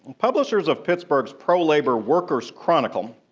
publishers of pittsburg's pro-labor workers' chronicle,